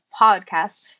podcast